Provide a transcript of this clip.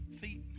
feet